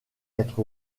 être